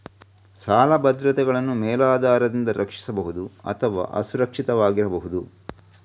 ಸಾಲ ಭದ್ರತೆಗಳನ್ನು ಮೇಲಾಧಾರದಿಂದ ರಕ್ಷಿಸಬಹುದು ಅಥವಾ ಅಸುರಕ್ಷಿತವಾಗಿರಬಹುದು